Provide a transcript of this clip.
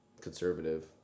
Conservative